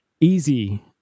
easy